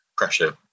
pressure